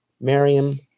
Miriam